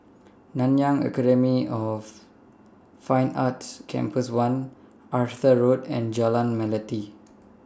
Nanyang Academy of Fine Arts Campus one Arthur Road and Jalan Melati